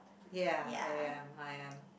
ya I am I am